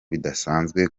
bidasanzwe